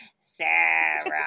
Sarah